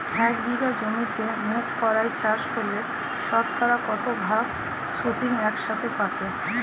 এক বিঘা জমিতে মুঘ কলাই চাষ করলে শতকরা কত ভাগ শুটিং একসাথে পাকে?